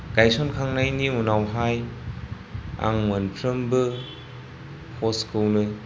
गायसनखांनायनि उनावहाय आं मोनफ्रोमबो पस्टखौनो